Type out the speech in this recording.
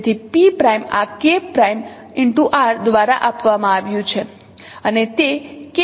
તેથી P' આ K'R દ્વારા આપવામાં આવ્યું છે અને તે K't હોવું જોઈએ